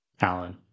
Alan